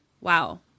wow